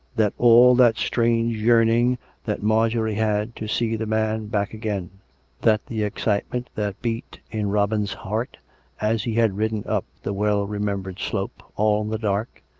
that all that strange yearning that marjorie had to see the man back again that the excitement that beat in robin's heart as he had ridden up the well-remembered slope, all in the dark,